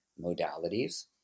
modalities